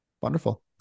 Wonderful